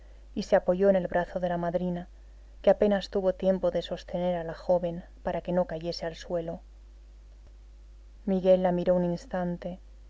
y se apoyó en el brazo de la madrina que apenas tuvo tiempo de sostener a la joven para que no cayese al suelo miguel la miró un instante